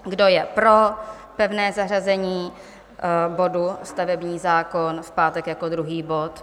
Kdo je pro pevné zařazení bodu Stavební zákon v pátek jako druhý bod?